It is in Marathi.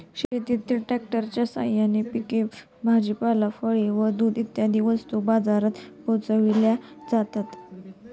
शेतातील ट्रकच्या साहाय्याने पिके, भाजीपाला, फळे व दूध इत्यादी वस्तू बाजारात पोहोचविल्या जातात